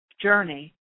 journey